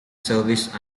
service